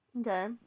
Okay